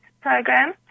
program